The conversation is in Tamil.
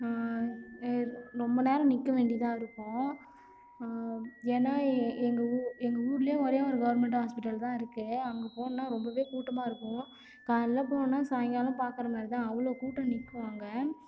எ ரொம்ப நேரம் நிற்க வேண்டியதாக இருக்கும் ஏன்னா எ எங்கள் ஊ எங்கள் ஊர்லே ஒரே ஒரு கவர்மெண்ட் ஹாஸ்ப்பிட்டல் தான் இருக்குது அங்கே போகணும்னா ரொம்பவே கூட்டமாயிருக்கும் காலைல போனோம்னால் சாய்ங்காலம் பார்க்கற மாதிரி தான் அவ்வளோ கூட்டம் நிற்கும் அங்கே